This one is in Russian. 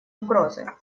угрозы